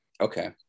Okay